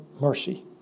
mercy